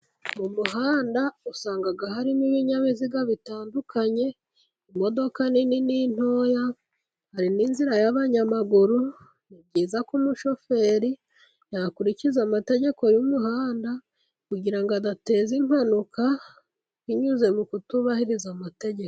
Mu muhanda usanga harimo ibinyabiziga bitandukanye imodoka nini, ni intoya, hari ni inzira y'abanyamaguru, ni byiza ko umushoferi yakurikiza amategeko y'umuhanda, kugira ngo adateza impanuka, binyuze mu kutubahiriza amategeko.